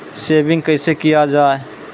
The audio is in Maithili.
सेविंग कैसै किया जाय?